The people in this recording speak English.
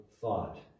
thought